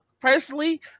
Personally